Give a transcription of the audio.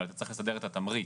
אבל צריך לסדר את התמריץ.